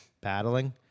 battling